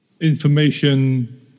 information